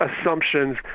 assumptions